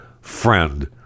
friend